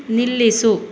ನಿಲ್ಲಿಸು